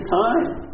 time